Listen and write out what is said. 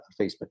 facebook